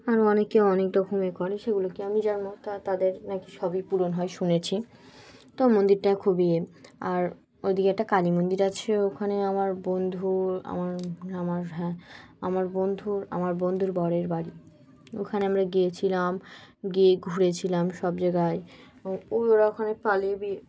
আর অনেকে অনেক রকম এ করে সেগুলোকে আমি যার মত তাদের নাকি সবই পূরণ হয় শুনেছি তো মন্দিরটা খুব ইয়ে আর ওইদিকে একটা কালী মন্দির আছে ওখানে আমার বন্ধু আমার আমার হ্যাঁ আমার বন্ধুর আমার বন্ধুর বরের বাড়ি ওখানে আমরা গিয়েছিলাম গিয়ে ঘুরেছিলাম সব জায়গায় ওই ওরা ওখানে পালিয়ে বিয়ে